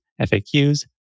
FAQs